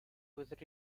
with